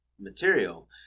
material